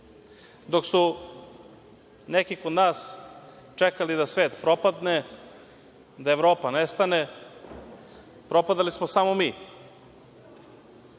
Dok su neki kod nas čekali da svet propadne, da Evropa nestane, prodali smo samo